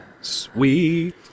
sweet